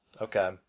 okay